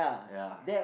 ya